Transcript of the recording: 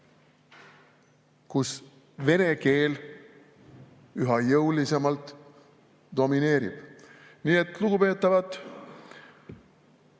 kus vene keel üha jõulisemalt domineerib. Nii et, lugupeetavad,